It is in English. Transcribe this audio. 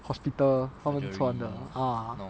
hospital 他们穿的 ah